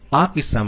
આ કિસ્સામાં